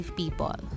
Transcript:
people